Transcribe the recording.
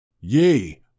Yea